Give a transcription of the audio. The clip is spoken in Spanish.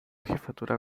jefatura